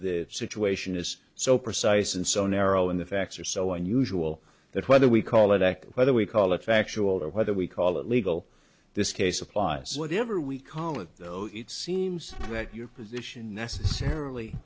the situation is so precise and so narrow in the facts are so unusual that whether we call it act whether we call it factual or whether we call it legal this case applies whatever we call it though it seems that your position necessarily